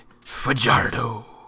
Fajardo